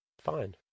Fine